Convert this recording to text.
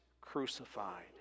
crucified